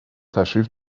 تشریف